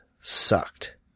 sucked